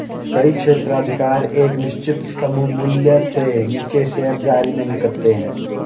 कई क्षेत्राधिकार एक निश्चित सममूल्य से नीचे शेयर जारी नहीं करते हैं